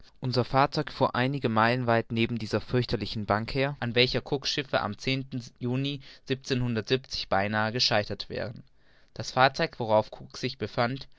fuhr einige meilen weit neben dieser fürchterlichen bank her an welcher cook's schiffe am juni beinahe gescheitert wären das fahrzeug worauf cook sich befand